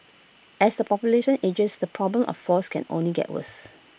as the population ages the problem of falls can only get worse